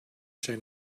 zijn